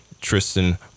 Tristan